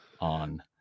on